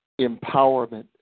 empowerment